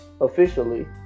officially